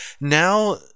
Now